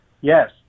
Yes